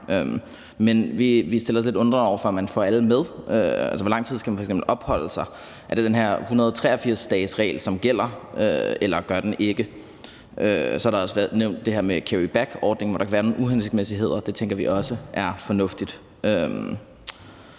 men vi stiller os lidt undrende over for, om man får alle med. Altså, hvor lang tid skal man f.eks. opholde sig: Er det den her 183-dagesregel, som gælder, eller gør den ikke? Så har der også været nævnt det her med carrybackordningen, hvor der kan være nogle uhensigtsmæssigheder, og det tænker vi også er fornuftigt